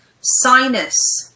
sinus